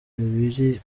ibiri